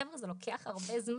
חבר'ה, זה לוקח הרבה זמן.